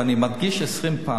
ואני מדגיש עשרים פעם,